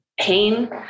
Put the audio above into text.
pain